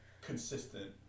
consistent